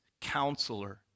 counselor